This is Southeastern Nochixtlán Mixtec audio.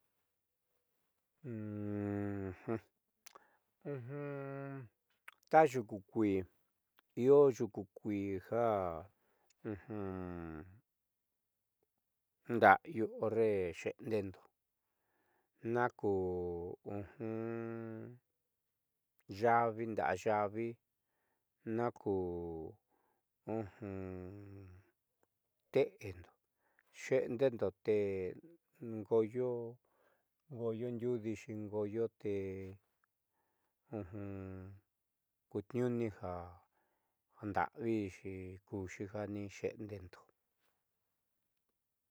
Ta yuku kuii io yuku kuii jandadá yu horre xeendeando naku yavi nda'a yavi naku te'endo xeendeendo ngoyo ndiuudixi ngooyo te kutniuuni ja nda'avixi kuxi jani xeendendo.